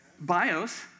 Bios